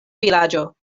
vilaĝo